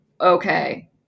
Okay